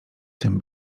tym